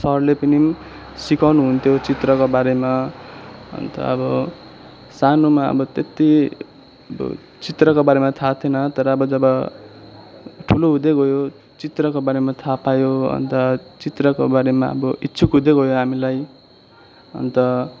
सरले पनि सिकाउनु हुन्थ्यो चित्रको बारेमा अन्त अब सानोमा अब त्यति अब चित्रको बारेमा थाह थिएन तर अब जब ठुलो हुँदै गयो चित्रको बारेमा थाह पायो अन्त चित्रको बारेमा अब इच्छुक हुँदै गयो हामीलाई अन्त